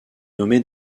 nommé